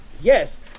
Yes